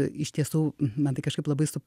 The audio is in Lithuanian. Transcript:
iš tiesų man tai kažkaip labai su